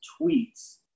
tweets